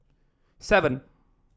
seven